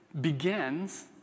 begins